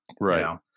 Right